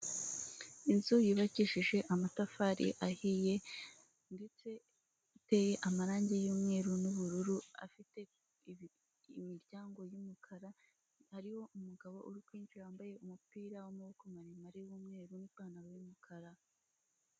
Inzu yubakishije amatafari ahiye, ndetse iteye amarangi y'umweru n'ubururu, ifite imiryango y'umukara hariho umugabo uri kwinjira wambaye umupira w'amaboko maremare y'umweru n'ipantaro y'umukara.